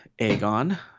Aegon